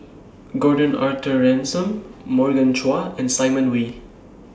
Gordon Arthur Ransome Morgan Chua and Simon Wee